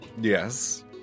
Yes